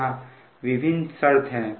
यहां विभिन्न शर्त हैं